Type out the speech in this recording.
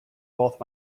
both